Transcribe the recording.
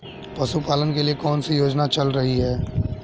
पशुपालन के लिए कौन सी योजना चल रही है?